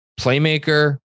playmaker